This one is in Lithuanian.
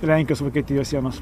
lenkijos vokietijos sienos